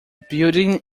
building